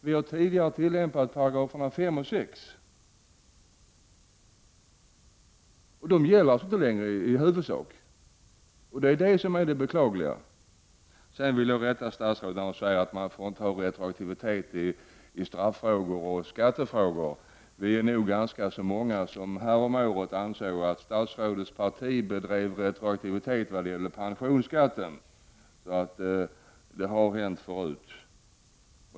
Vi har tidigare tillämpat 5 och 6 §§, och de gäller alltså i huvudsak inte längre. Det är det beklagliga. Statsrådet säger att man inte får lagstifta retroaktivt i fråga om strafflagar och skattelagar. Vi är nog ganska många som häromåret ansåg att statsrådets parti lagstiftade retroaktivt när det gällde pensionsskatten. Det har hänt förut.